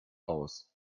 aus